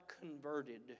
converted